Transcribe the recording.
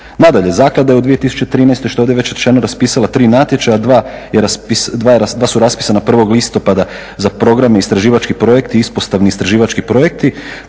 Nadalje, zaklada je u 2013., što je ovdje već rečeno raspisala tri natječaja, dva su raspisana 1. listopada za programe istraživačkih projekti, ispostavni istraživački projekti.